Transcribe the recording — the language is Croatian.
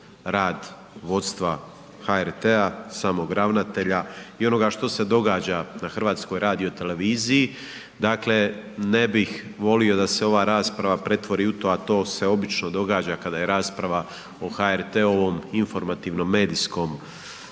rad vodstva HRT-a, samog ravnatelja i onoga što se događa na HRt-u. Dakle, ne bih volio da se ova rasprava pretvori u to, a to se obično događa kada je rasprava o HRT-ovom informativnom medijskom